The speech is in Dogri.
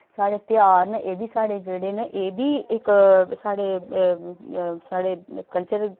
साढ़े तेहार न एह् बी साढ़े जेह्ड़े न एह् बि इक साढ़े साढ़े कल्चर